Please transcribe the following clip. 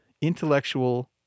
intellectual